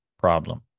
problem